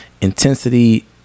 intensity